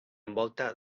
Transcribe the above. envolta